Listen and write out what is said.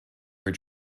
were